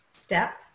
step